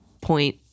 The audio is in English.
point